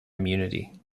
immunity